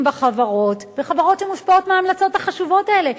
בחברות שמושפעות מההמלצות החשובות האלה.